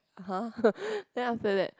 !huh! then after that